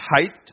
height